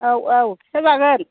औ औ खिथा जागोन